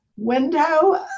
window